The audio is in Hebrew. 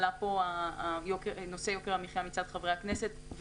עלה פה מצד חברי הכנסת נושא יוקר המחיה,